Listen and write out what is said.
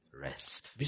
rest